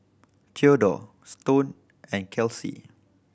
Theodore Stone and Kelcie